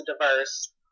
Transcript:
diverse